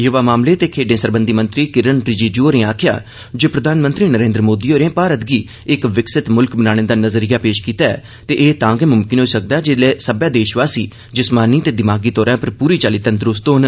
य्वा मामले ते खेड्डे सरबंधी मंत्री किरण रिजिजू होरें आक्खेया जे प्रधानमंत्री नरेन्द्र मोदी होरें भारत गी इक विकसित मुल्ख बनाने दा नजरिया पेश कीता ऐ ते एह तां गै मुमकिन होई सकदा ऐ जे सब्बै देशवासी जिस्मानी ते दिमागी तौर उप्पर पूरी चाली तंदरुसत होन